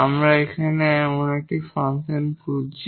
আমরা এখানে এমন একটি ফাংশন খুঁজছি